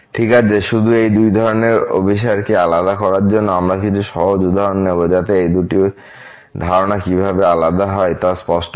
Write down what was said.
ঠিক আছে শুধু দুই ধরনের অভিসারকে আলাদা করার জন্য আমরা কিছু সহজ উদাহরণ নেব যাতে এই দুটি ধারণা কিভাবে আলাদা হয় তা স্পষ্ট করে